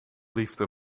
liefde